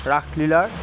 ৰাসলীলাৰ